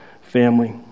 family